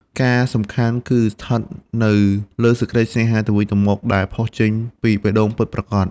ការសំខាន់គឺស្ថិតនៅលើសេចក្តីស្នេហាទៅវិញទៅមក ដែលផុសចេញពីបេះដូងពិតប្រាកដ។